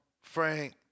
Frank